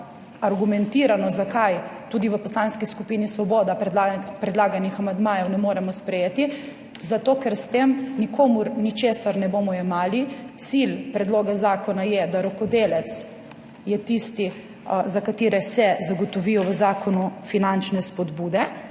argumentirano zakaj tudi v Poslanski skupini Svoboda predlaganih amandmajev ne moremo sprejeti, zato ker s tem nikomur ničesar ne bomo jemali. Cilj predloga zakona je, da rokodelec je tisti, za katere se zagotovijo v zakonu finančne spodbude.